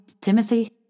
timothy